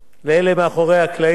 לאלה מאחורי הקלעים,